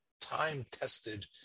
time-tested